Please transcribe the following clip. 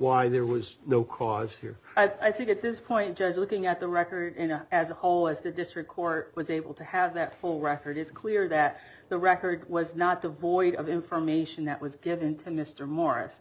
why there was no cause here i think at this point just looking at the record as a whole as the district court was able to have that full record it's clear that the record was not the void of information that was given to mr morris